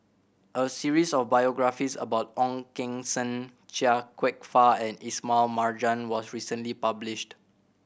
a series of biographies about Ong Keng Sen Chia Kwek Fah and Ismail Marjan was recently published